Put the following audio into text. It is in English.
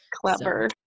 Clever